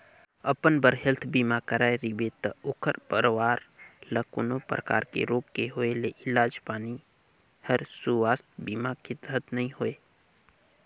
अपन बर हेल्थ बीमा कराए रिबे त ओखर परवार ल कोनो परकार के रोग के होए मे इलाज पानी हर सुवास्थ बीमा के तहत नइ होए